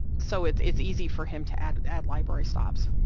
so it's it's easy for him to add add library stops.